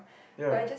ya